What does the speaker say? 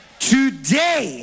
Today